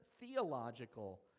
theological